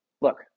look